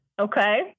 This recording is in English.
Okay